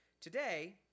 Today